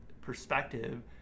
perspective